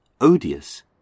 odious